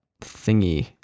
Thingy